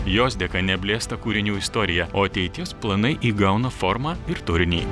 jos dėka neblėsta kūrinių istorija o ateities planai įgauna formą ir turinį